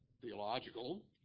theological